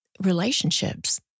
relationships